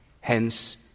Hence